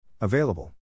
Available